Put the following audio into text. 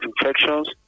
infections